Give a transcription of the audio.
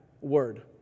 word